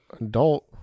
adult